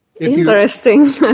Interesting